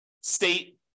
state